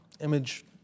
Image